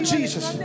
Jesus